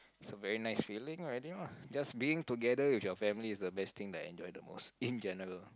it's a very nice feeling already lah just being together with your family is the best thing that I enjoy the most in general lah